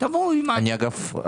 ותבואו עם משהו.